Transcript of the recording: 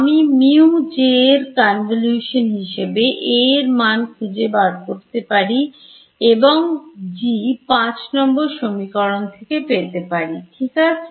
আমি mu J এর Convolution হিসাবে A এর মান খুঁজে বার করতে পারি এবং G 5 নম্বর সমীকরণ থেকে পেতে পারি ঠিক আছে